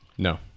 No